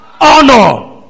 honor